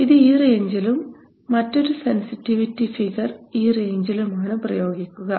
ഇത് ഈ റേഞ്ചിലും മറ്റൊരു സെൻസിറ്റിവിറ്റി ഫിഗർ ഈ റേഞ്ചിലും ആണ് പ്രയോഗിക്കുക